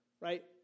right